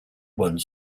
one